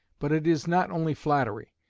but it is not only flattery.